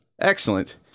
Excellent